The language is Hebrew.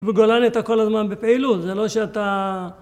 וגולן הייתה כל הזמן בפעילות, זה לא שאתה...